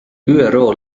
üro